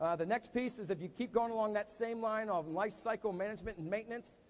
ah the next piece is if you keep going along that same line of life cycle management and maintenance,